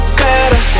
better